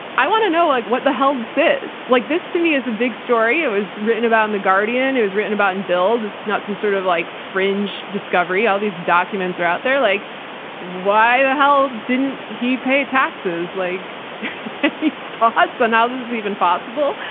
i want to know like what the hell this is, like this to me is a big story. it was written about in the guardian, it was written about in bill, this not some sort of like fringe discovery, all these documents are out there. like why the hell didn't he pay taxes? like any thoughts on how ah this is even possible?